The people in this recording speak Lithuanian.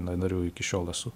na nariu iki šiol esu